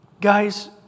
Guys